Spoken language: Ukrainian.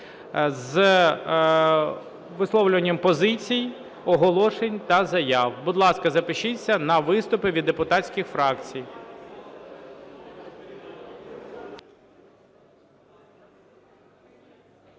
з висловлюванням позицій, оголошень та заяв. Будь ласка, запишіться на виступи від депутатських фракцій.